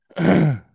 okay